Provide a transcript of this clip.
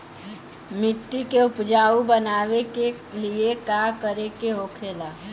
मिट्टी के उपजाऊ बनाने के लिए का करके होखेला?